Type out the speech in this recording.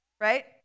right